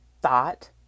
thought